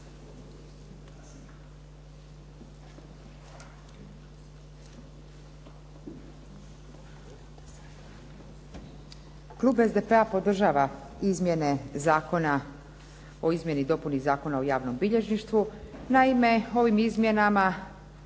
Klub SDP-a podržava izmjene Zakona o izmjeni i dopuni Zakona o javnom bilježništvu. Naime, ovim izmjenama